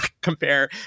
compare